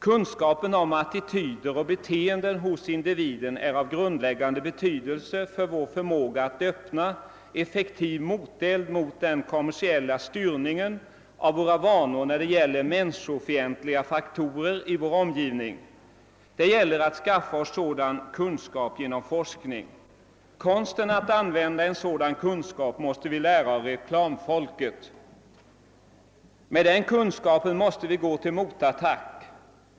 Kunskap om attityder och beteenden hos individen är av grundläggande betydelse för vår förmåga att öppna effektiv moteld mot den kommersiella styrningen av våra vanor när det gäller människofientliga faktorer i vår omgivning. Det gäller att skaffa oss sådan kunskap genom forskning. Konsten att använda en sådan kunskap måste vi lära av reklamfolket. Med den kunskapen måste vi gå till motattack.